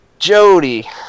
Jody